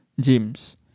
James